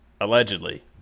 Allegedly